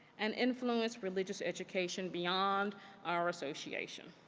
and influenced religious education beyond our association.